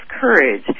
courage